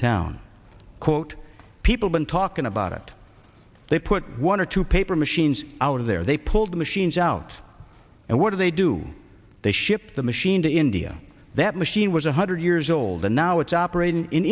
town quote people been talking about it they put one or two paper machines out of there they pulled the machines out and what do they do they ship the machine to india that machine was one hundred years old and now it's operating in